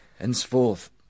Henceforth